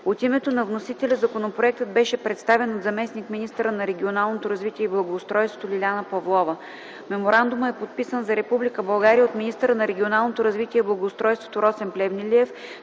От името на вносителя законопроектът беше представен от заместник-министъра на регионалното развитие и благоустройството Лиляна Павлова. Меморандумът е подписан за Република България от министъра на регионалното развитие и благоустройството Росен Плевнелиев